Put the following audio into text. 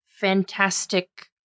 fantastic